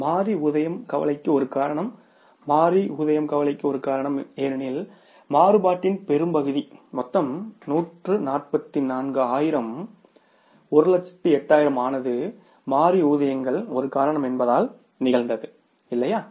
மாறி ஊதியம் கவலைக்கு ஒரு காரணம் மாறி ஊதியம் கவலைக்கு ஒரு காரணம் ஏனெனில் மாறுபாட்டின் பெரும்பகுதி மொத்தம் 144 ஆயிரம் 108000 ஆனது மாறி ஊதியங்கள் ஒரு காரணம் என்பதால் நிகழ்ந்தது இல்லையா